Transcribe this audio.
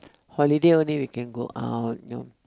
holiday only we can go out you know